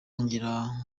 ngira